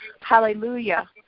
hallelujah